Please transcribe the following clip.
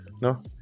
No